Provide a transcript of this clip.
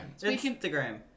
Instagram